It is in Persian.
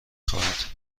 خورد